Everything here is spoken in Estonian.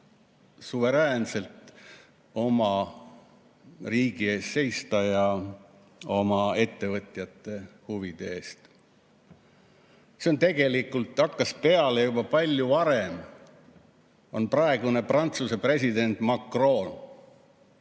suveräänselt oma riigi ja oma ettevõtjate huvide eest seista. See tegelikult hakkas peale juba palju varem. Praegune Prantsuse president Macron,